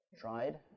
Tried